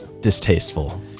Distasteful